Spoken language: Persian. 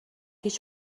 هیچ